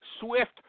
swift